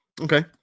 Okay